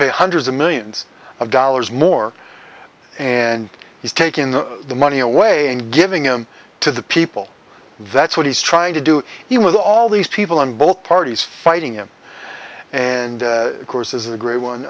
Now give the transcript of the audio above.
pay hundreds of millions of dollars more and he's taking the money away and giving him to the people that's what he's trying to do he with all these people in both parties fighting him and of course is the great